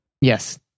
Yes